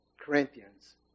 Corinthians